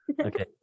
Okay